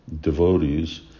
devotees